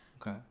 Okay